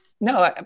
no